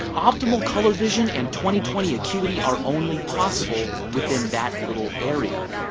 optimal colour vision and twenty twenty acuity are only possible within that little area.